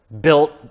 built